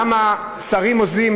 למה שרים עוזבים,